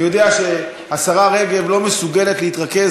אני יודע שהשרה רגב לא מסוגלת להתרכז,